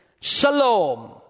Shalom